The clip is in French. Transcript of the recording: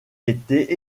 étaient